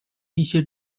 一些